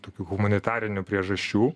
tokių humanitarinių priežasčių